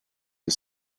the